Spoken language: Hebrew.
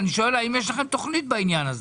אני שואל האם יש לכם תוכנית בעניין הזה.